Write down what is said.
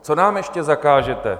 Co nám ještě zakážete?